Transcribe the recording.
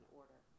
order